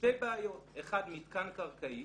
שתי בעיות: אחת, מתקן קרקעי